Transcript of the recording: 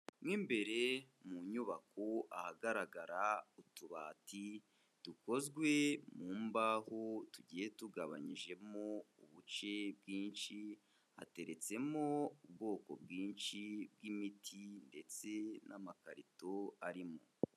Mu imbere mu nyubako ahagaragara utubati dukozwe mu mbaho tugiye tugabanyijemo ubuce bwinshi, hateretsemo ubwoko bwinshi bw'imiti ndetse n'amakarito arimo.